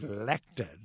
elected